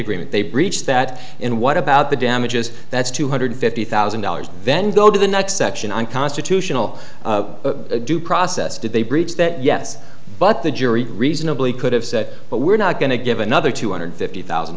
that they breached that in what about the damages that's two hundred fifty thousand dollars then go to the next section unconstitutional a due process did they breach that yes but the jury reasonably could have said but we're not going to give another two hundred fifty thousand